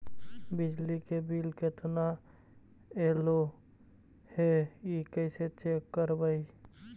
बिजली के बिल केतना ऐले हे इ कैसे चेक करबइ?